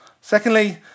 Secondly